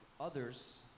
others